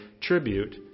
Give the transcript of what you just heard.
tribute